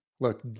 Look